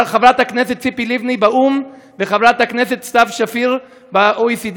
חברת הכנסת ציפי לבני באו"ם וחברת הכנסת סתיו שפיר ב-OECD.